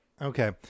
okay